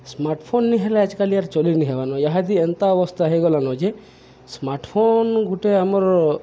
smartphone ନି ହେଲେ ଆଏଜ୍ କାଲି ଆର୍ ଚଲିନିହେବାର୍ନ ଇହାଦେ ଏନ୍ତା ଅବସ୍ତା ହେଇଗଲାନ ଯେ ସ୍ମାର୍ଟ୍ଫୋନ୍ ଗୁଟେ ଆମର୍